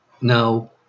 No